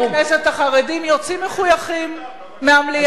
ראיתי היום במליאה את חלק מחברי הכנסת החרדים יוצאים מחויכים מהמליאה.